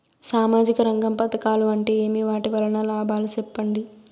సామాజిక రంగం పథకాలు అంటే ఏమి? వాటి వలన లాభాలు సెప్పండి?